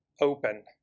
open